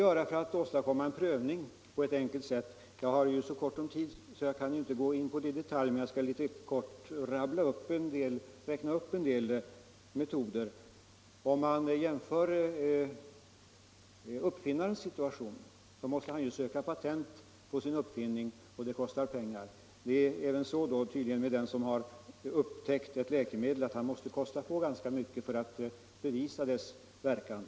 När det gäller frågan om hur man på ett enkelt sätt skall göra en läkemedelsprövning kan jag på den korta tid som står till mitt förfogande inte gå in i detalj, men jag skall ändå räkna upp en del metoder. Man kan göra en jämförelse med en uppfinnare som måste söka patent på sin uppfinning. Det kostar pengar. Även den som upptäckt ett läkemedel måste lägga ut mycket pengar för att bevisa dess verkan.